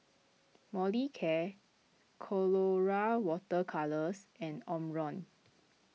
Molicare Colora Water Colours and Omron